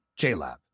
JLab